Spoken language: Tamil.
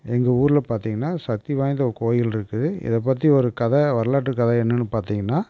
எங்கள் ஊரில் பார்த்திங்கனா சத்தி வாய்ந்த கோயிலிருக்குது இதை பற்றி ஒரு கதை வரலாற்று கதை என்னென்னு பார்த்திங்கனா